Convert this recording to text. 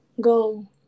go